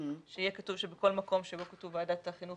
יהיה כתוב שבכל מקום בו כתוב "ועדת החינוך